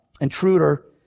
intruder